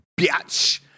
bitch